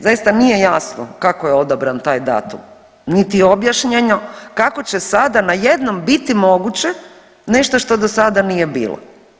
Zaista nije jasno kako je odabran taj datum, niti objašnjeno kako će sada na jednom biti moguće nešto što do sada nije bilo.